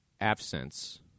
absence